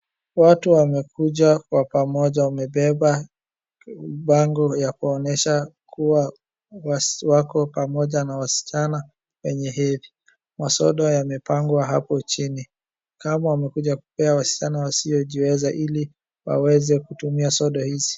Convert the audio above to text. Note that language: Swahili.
Watu wamekuja kwa pamoja wamebeba bango ya kuonesha kuwa wako pamoja na wasichana wenye hedhi. Masodo yamepangwa hapo chini. Kama wamekuja kupea wasichana wasiojiweza iliwaweze kutumia sodo hizi.